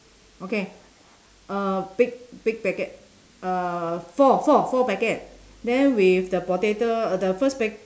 okay uh big big packet uh four four four packet then with the potato uh the first pack~